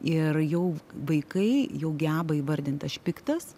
ir jau vaikai jau geba įvardint aš piktas